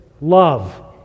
love